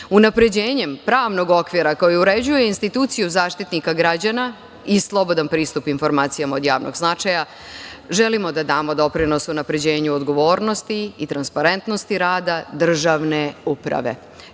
akata. Unapređenjem pravnog okvira koji uređuje instituciju Zaštitnika građana i slobodan pristup informacijama od javnog značaja, želimo da damo doprinos unapređenju odgovornosti i transparentnosti rada državne uprave. Ja